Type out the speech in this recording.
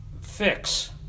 fix